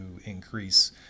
increase